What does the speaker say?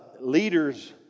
leaders